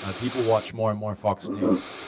ah people watch more and more fox news.